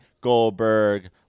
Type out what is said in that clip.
Goldberg